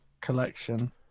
collection